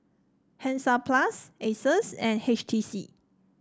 Hansaplast Asus and H T C